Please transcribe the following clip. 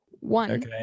one